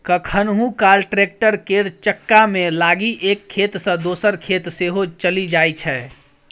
कखनहुँ काल टैक्टर केर चक्कामे लागि एक खेत सँ दोसर खेत सेहो चलि जाइ छै